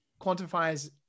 quantifies